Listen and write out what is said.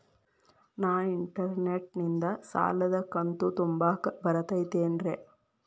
ನಾ ಇಂಟರ್ನೆಟ್ ನಿಂದ ಸಾಲದ ಕಂತು ತುಂಬಾಕ್ ಬರತೈತೇನ್ರೇ?